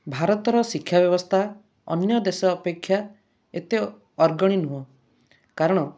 ଭାରତର ଶିକ୍ଷା ବ୍ୟବସ୍ଥା ଅନ୍ୟ ଦେଶ ଅପେକ୍ଷା ଏତେ ଅଗ୍ରଣୀ ନୁହେଁ କାରଣ